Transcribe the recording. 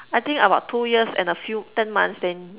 I think about two years and a few ten months then